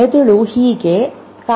ಮೆದುಳು ಹೀಗೆ ಕಾರ್ಯನಿರ್ವಹಿಸುತ್ತದೆ